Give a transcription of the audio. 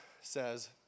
says